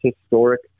historic